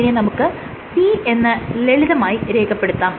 ഇതിനെ നമുക്ക് P എന്ന് ലളിതമായി രേഖപെടുത്താം